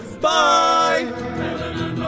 Bye